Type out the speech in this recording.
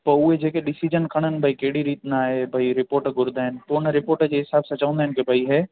पोइ उहे जेके डिसीजन खणनि भई केॾी रीत नाहे भाई रिपोर्ट घुरंदा आहिनि पोइ उन रिपोर्ट जे हिसाब सां चवंदो आहिनि खे भाई हे